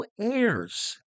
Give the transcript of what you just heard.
heirs